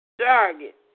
target